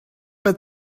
but